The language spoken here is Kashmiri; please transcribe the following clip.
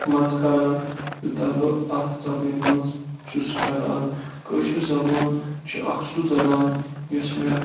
منٛز کران یوٗتاہ بہٕ اَتھ زَبٲنۍ منٛز چھُس کران کٲشِر زَبان چھِ اکھ سُہ زَبان یُس مےٚ